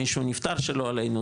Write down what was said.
מישהו נפטר שלא עלינו,